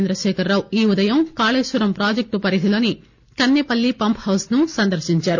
చంద్రశేఖర్ రావు ఈ ఉదయం కాళేశ్వరం ప్రాజెక్టు పరిధిలోని కన్నేపల్లి పంప్హౌజ్ ను సందర్శించారు